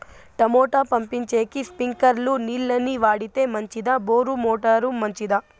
Tomato పండించేకి స్ప్రింక్లర్లు నీళ్ళ ని వాడితే మంచిదా బోరు మోటారు మంచిదా?